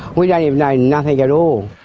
we don't even know nothing at all.